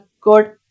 good